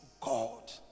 God